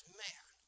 man